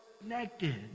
connected